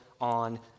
on